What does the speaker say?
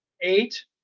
eight